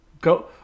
go